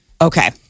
Okay